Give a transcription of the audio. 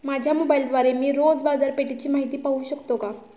माझ्या मोबाइलद्वारे मी रोज बाजारपेठेची माहिती पाहू शकतो का?